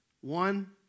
one